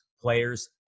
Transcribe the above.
players